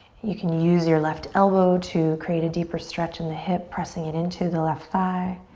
you can use your left elbow to create a deeper stretch in the hip, pressing it into the left thigh.